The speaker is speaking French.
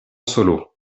solo